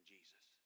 Jesus